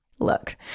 look